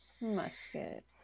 Musket